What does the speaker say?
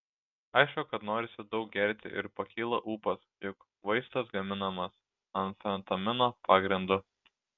aišku kad norisi daug gerti ir pakyla ūpas juk vaistas gaminamas amfetamino pagrindu